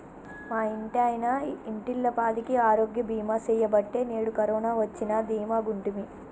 మా ఇంటాయన ఇంటిల్లపాదికి ఆరోగ్య బీమా సెయ్యబట్టే నేడు కరోన వచ్చినా దీమాగుంటిమి